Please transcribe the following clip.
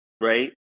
right